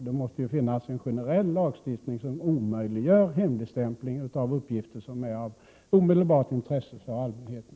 Det måste finnas en generell lagstiftning som omöjliggör e Om rätten att ta del av hemligstämpling av uppgifter som är av omedelbart intresse för allmänheten.